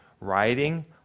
riding